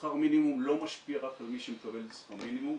שכר מינימום לא משפיע רק על מי שמקבל שכר מינימום,